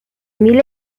mil